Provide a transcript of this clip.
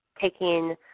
taking –